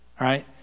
right